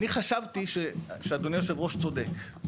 אני חשבתי שאדוני יושב הראש צודק,